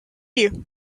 you